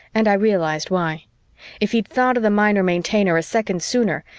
and i realized why if he'd thought of the minor maintainer a second sooner,